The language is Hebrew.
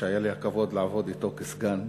שהיה לי הכבוד לעבוד אתו כסגן.